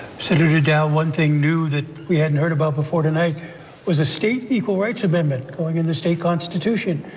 senator dow one thing new that we hadn't heard about before tonight was a state equal rights amendment, belonging in the state constitution.